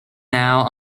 now